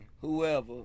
whoever